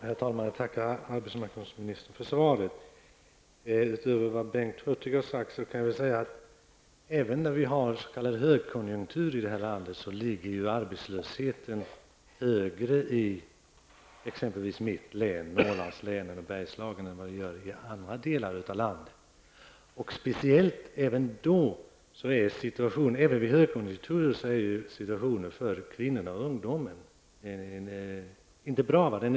Herr talman! Jag tackar arbetsmarknadsministern för svaret. Utöver vad Bengt Hurtig har sagt kan jag här peka på att även när vi har s.k. högkonjunktur i vårt land ligger arbetslösheten högre i exempelvis mitt hemlän, i Norrlandslänen och i Bergslagen än vad den gör i andra delar av landet. Jag vill speciellt understryka att situationen är dålig för kvinnorna och ungdomen även vid högkonjunktur.